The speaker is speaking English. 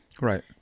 right